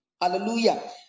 Hallelujah